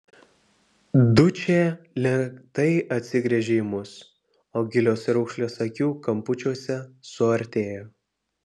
dučė lėtai atsigręžė į mus o gilios raukšlės akių kampučiuose suartėjo